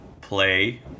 play